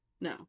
No